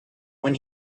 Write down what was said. when